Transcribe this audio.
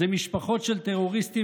זה משפחות של טרוריסטים,